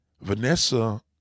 Vanessa